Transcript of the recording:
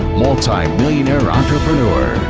multi-millionaire entrepreneur.